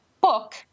book